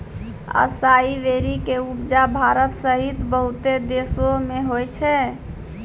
असाई berry के उपजा भारत सहित बहुते देशो मे होय छै